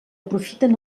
aprofiten